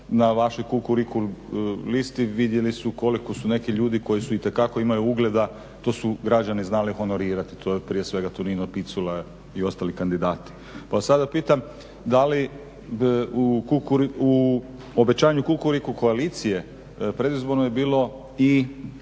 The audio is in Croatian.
na vašoj Kukuriku listi, vidjeli su koliko su neki ljudi koji su itekako imaju ugleda, to su građani znali honorirati, to je prije svega Tonino Picula i ostali kandidati. Pa sad pitam da li u obećanju Kukuriku koalicije predizborno je bilo i